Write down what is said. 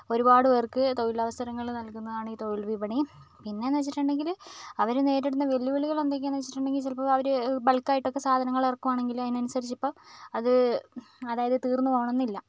ഒരുപാട് പേർക്ക് തൊഴിൽ അവസരങ്ങൾ നൽകുന്നതാണ് ഈ തൊഴിൽ വിപണി പിന്നേന്നു വെച്ചിട്ടുണ്ടെങ്കിൽ അവർ നേരിടുന്ന വെല്ലുവിളികൾ എന്തൊക്കെയാന്ന് വെച്ചിട്ടുണ്ടെങ്കിൽ ചിലപ്പോൾ അവർ ബൾക്കായിട്ടൊക്കെ സാധനങ്ങൾ ഇറക്കുവാണെങ്കിൽ അതിനനുസരിച്ചിപ്പോൾ അത് അതായത് തീർന്ന് പോവണംന്നില്ല